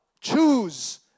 choose